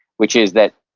which is that